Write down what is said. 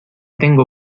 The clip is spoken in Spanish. tengo